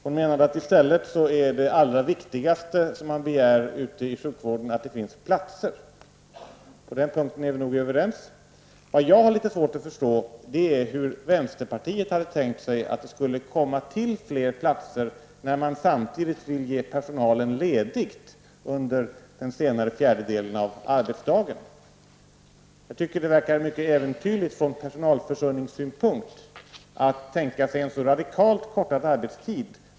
Hon menar i stället att det allra viktigaste som begärs i sjukvården är att det finns platser. På den punkten är vi nog överens. Jag har litet svårt att förstå hur vänsterpartiet har tänkt sig att det skall komma till fler platser när man samtidigt vill ge personalen ledigt under den senare fjärdedelen av arbetsdagen. Jag tycker att det verkar mycket äventyrligt från personalförsörjningssynpunkt att tänka sig så radikalt förkortad arbetstid.